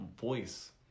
voice